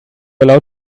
allowed